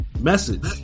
Message